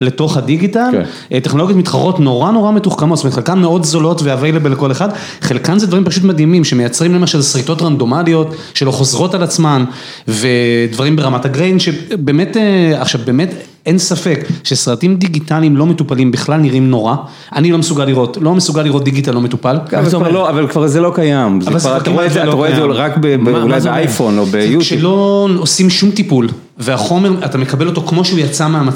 לתוך הדיגיטל, כן, טכנולוגיות מתחרות נורא נורא מתוחכמות, זאת אומרת חלקן מאוד זולות ואווילבל לכל אחד, חלקן זה דברים פשוט מדהימים שמייצרים למשל סריטות רנדומליות, שלא חוזרות על עצמן, ודברים ברמת הגריין, שבאמת, אההה... עכשיו באמת, אין ספק, שסרטים דיגיטליים לא מטופלים בכלל נראים נורא, אני לא מסוגל לראות, לא מסוגל לראות דיגיטל לא מטופל. אבל כבר זה לא קיים, זה כבר, את רואה את זה רק באייפון או ביוטיוב. כשלא עושים שום טיפול, והחומר, אתה מקבל אותו כמו שהוא יצא מהמ...